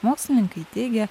mokslininkai teigia